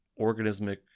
organismic